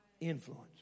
Influence